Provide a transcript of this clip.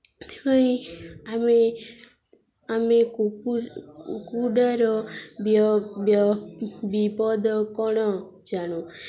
ସେଥିପାଇଁ ଆମେ ଆମେ କୁକୁ କୁକୁଡ଼ାର ବିପଦ କ'ଣ ଜାଣୁ